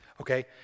Okay